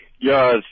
yes